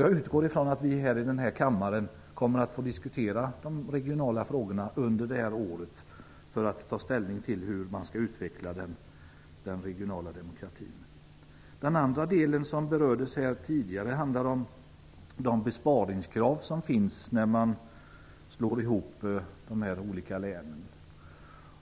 Jag utgår ifrån att vi här i denna kammare kommer att få diskutera de regionala frågorna under året för att ta ställning till hur man skall utveckla den regionala demokratin. Den andra del som berördes här tidigare är de bespringskrav som finns när man slår ihop de olika länen.